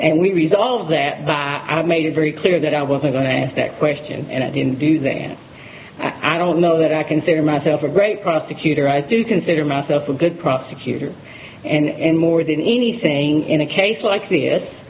and we resolve that i made it very clear that i wasn't going to ask that question and i didn't do that and i don't know that i consider myself a great prosecutor i do consider myself a good prosecutor and more than anything in a case like this